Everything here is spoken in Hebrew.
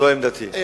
זו עמדתי.